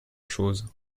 chose